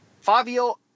Fabio